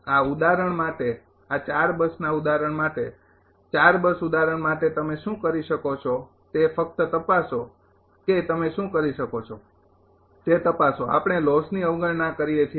આ ઉદાહરણ માટે આ બસના ઉદાહરણ માટે બસ ઉદાહરણ માટે તમે શું કરી શકો છો તે ફક્ત તપાસો કે તમે શું કરી શકો તે તપાસો આપણે લોસની અવગણના કરીએ છીએ